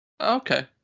Okay